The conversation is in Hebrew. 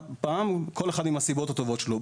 כל אחד עם הסיבות הטובות שלו.